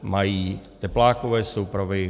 Mají teplákové soupravy.